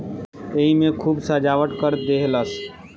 एईमे खूब सजावट कर देहलस